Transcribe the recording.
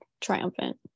triumphant